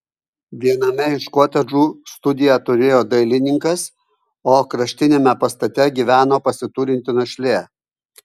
viename iš kotedžų studiją turėjo dailininkas o kraštiniame pastate gyveno pasiturinti našlė